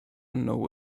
know